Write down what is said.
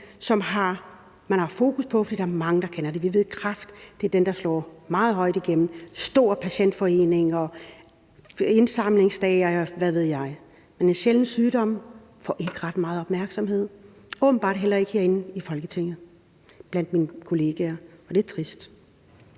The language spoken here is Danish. man har fokus på, fordi dem er der mange, der kender til, og vi ved med hensyn til kræft, at der er fokus slået meget tydeligt igennem, stor patientforening og indsamlingsdage, og hvad ved jeg, men en sjælden sygdom får ikke ret meget opmærksomhed og åbentbart heller ikke herinde i Folketinget blandt mine kollegaer, og det er trist.